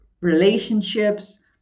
relationships